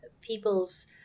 people's